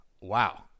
Wow